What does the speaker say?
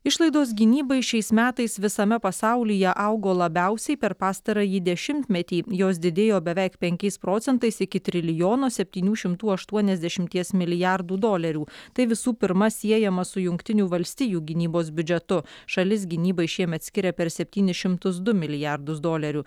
išlaidos gynybai šiais metais visame pasaulyje augo labiausiai per pastarąjį dešimtmetį jos didėjo beveik penkiais procentais iki trilijono septynių šimtų aštuoniasdešimties milijardų dolerių tai visų pirma siejama su jungtinių valstijų gynybos biudžetu šalis gynybai šiemet skiria per septynis šimtus du milijardus dolerių